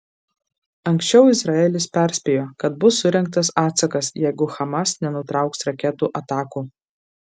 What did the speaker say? anksčiau izraelis perspėjo kad bus surengtas atsakas jeigu hamas nenutrauks raketų atakų